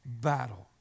battle